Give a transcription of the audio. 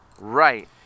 Right